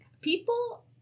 People